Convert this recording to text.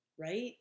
Right